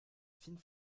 fine